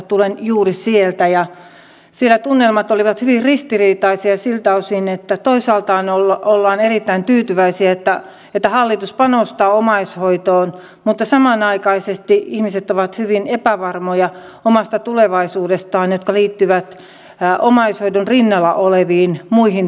tulen juuri sieltä ja siellä tunnelmat olivat hyvin ristiriitaisia siltä osin että toisaalta ollaan erittäin tyytyväisiä että hallitus panostaa omaishoitoon mutta samanaikaisesti ihmiset ovat hyvin epävarmoja omasta tulevaisuudestaan liittyen omaishoidon rinnalla oleviin muihin toimenpiteisiin